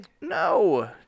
No